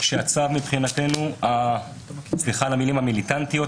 שהצו מבחינתנו וסליחה על המילים המיליטנטיות,